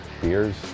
beers